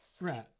Right